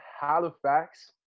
Halifax